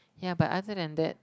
yeah but other than that